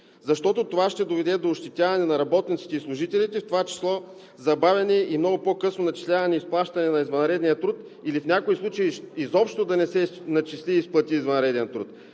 защото това ще доведе до ощетяване на работниците и служителите, в това число забавяне и много по-късно начисляване и изплащане на извънредния труд или в някои случаи изобщо да не се начисли и изплати извънреден труд.